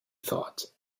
thought